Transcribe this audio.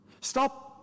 Stop